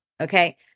Okay